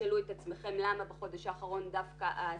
תשאלו את עצמכם למה בחודש האחרון נעשו ההשמות.